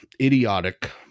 idiotic